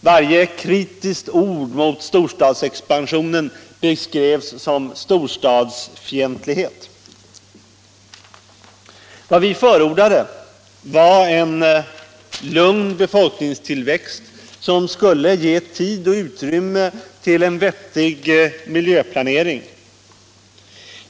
Varje kritiskt ord mot storstadsexpansionen beskrevs som storstadsfientlighet. Vad vi förordade var en lugn befolkningstillväxt som skulle ge tid och utrymme till en vettig miljöplanering.